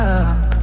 up